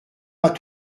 pas